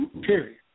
Period